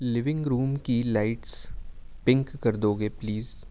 لونگ room کی lights pink کر دو گے پلیز